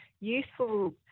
useful